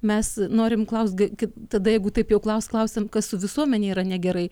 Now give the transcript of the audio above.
mes norim klaust gi tada jeigu taip jau klaust klausiam kas su visuomene yra negerai